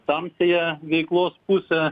tamsiąją veiklos pusę